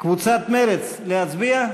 קבוצת מרצ, להצביע?